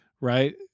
right